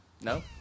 No